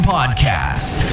Podcast